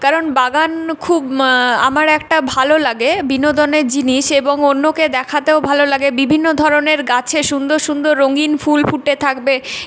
কারণ বাগান খুব আমার একটা ভালো লাগে বিনোদনের জিনিস এবং অন্যকে দেখাতেও ভালো লাগে বিভিন্ন ধরনের গাছে সুন্দর সুন্দর রঙিন ফুল ফুটে থাকবে